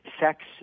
sex